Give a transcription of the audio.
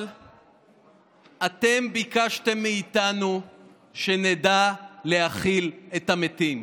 אבל אתם ביקשתם מאיתנו שנדע להכיל את המתים.